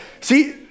See